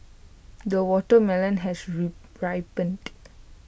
the watermelon has re ripened